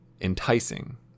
enticing